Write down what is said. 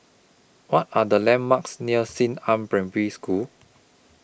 What Are The landmarks near Xingnan Primary School